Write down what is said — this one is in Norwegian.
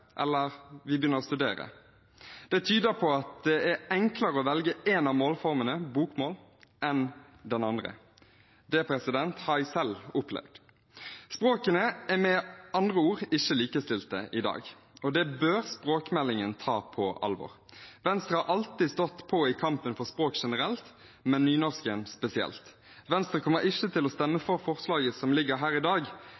eller begynner å studere. Det tyder på at det er enklere å velge én av målformene, bokmål, enn den andre. Det har jeg selv opplevd. Språkene er med andre ord ikke likestilte i dag. Det bør språkmeldingen ta på alvor. Venstre har alltid stått på i kampen for språk generelt og nynorsk spesielt. Venstre kommer ikke til å stemme